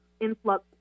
influx